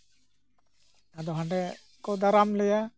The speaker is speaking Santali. ᱟᱫᱚ ᱦᱟᱸᱰᱮ ᱠᱚ ᱫᱟᱨᱟᱢ ᱞᱮᱭᱟ